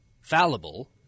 fallible